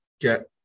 get